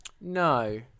No